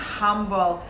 humble